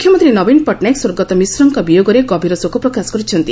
ମୁଖ୍ୟମନ୍ତୀ ନବୀନ ପଟ୍ଟନାୟକ ସ୍ୱର୍ଗତ ମିଶ୍ରଙ୍କ ବିୟୋଗରେ ଗଭୀର ଶୋକ ପ୍ରକାଶ କରିଛନ୍ତି